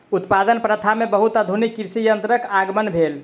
उत्पादन प्रथा में बहुत आधुनिक कृषि यंत्रक आगमन भेल